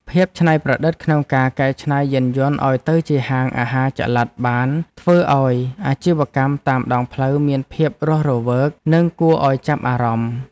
ភាពច្នៃប្រឌិតក្នុងការកែច្នៃយានយន្តឱ្យទៅជាហាងអាហារចល័តបានធ្វើឱ្យអាជីវកម្មតាមដងផ្លូវមានភាពរស់រវើកនិងគួរឱ្យចាប់អារម្មណ៍។